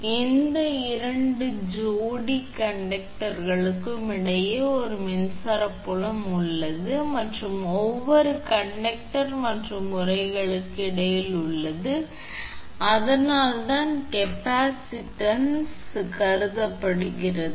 எனவே எந்த 2 ஜோடி கண்டக்டர்களுக்கும் இடையே ஒரு மின்சார புலம் உள்ளது மற்றும் ஒவ்வொரு கண்டக்டர் மற்றும் உறைகளுக்கும் இடையில் உள்ளது அதனால்தான் இந்த கேப்பாசிட்டன்ஸ் கருதப்படுகிறது